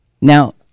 Now